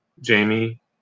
Jamie